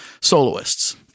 soloists